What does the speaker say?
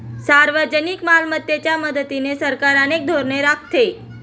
सार्वजनिक मालमत्तेच्या मदतीने सरकार अनेक धोरणे आखते